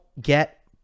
get